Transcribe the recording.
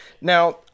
Now